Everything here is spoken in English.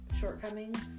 shortcomings